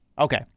Okay